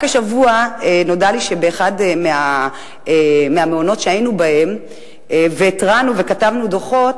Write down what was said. רק השבוע נודע לי שבאחד המעונות שהיינו בהם והתרענו וכתבנו דוחות,